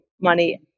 money